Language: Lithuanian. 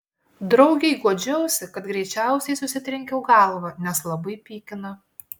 draugei guodžiausi kad greičiausiai susitrenkiau galvą nes labai pykina